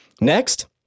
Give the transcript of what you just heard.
Next